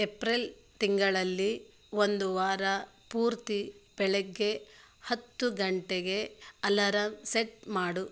April ತಿಂಗಳಲ್ಲಿ ಒಂದು ವಾರ ಪೂರ್ತಿ ಬೆಳಗ್ಗೆ ಹತ್ತು ಗಂಟೆಗೆ ಅಲಾರಂ ಸೆಟ್ ಮಾಡು